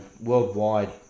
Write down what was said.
worldwide